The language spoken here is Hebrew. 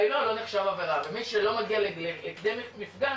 לא לא נחשב עבירה ומי שלא מגיע לכדי מפגש